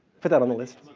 put that on the list.